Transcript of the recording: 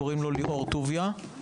קוראים לו "ליאור טוביה".